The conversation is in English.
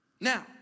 Now